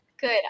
Good